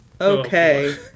Okay